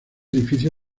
edificio